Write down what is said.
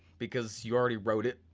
because you already wrote it,